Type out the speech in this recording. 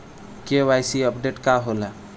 KYC updation का होला?